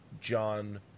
John